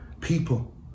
people